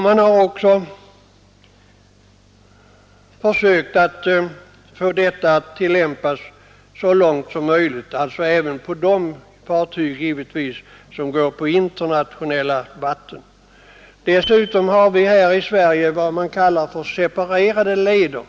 Man har också försökt att få denna princip tillämpad så långt som möjligt, alltså givetvis även på de fartyg som går på internationella vatten. Dessutom har vi i Sverige vad vi kallar separerade leder.